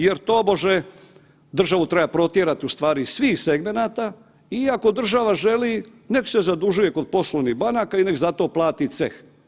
Jer tobože državu treba protjerati u stvari iz svih segmenata i ako država želi nek se zadužuje kod poslovnih banaka i nek za to plati ceh.